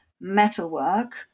metalwork